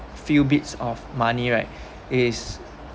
few bits of money right is